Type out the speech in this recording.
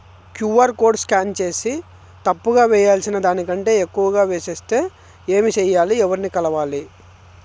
QR code scan సేసి తప్పు గా వేయాల్సిన దానికంటే ఎక్కువగా వేసెస్తే ఏమి సెయ్యాలి? ఎవర్ని కలవాలి?